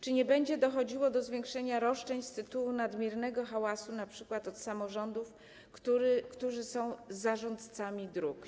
Czy nie będzie dochodziło do zwiększenia roszczeń z tytułu nadmiernego hałasu np. od samorządów, które są zarządcami dróg?